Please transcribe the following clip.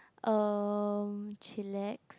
erm chillax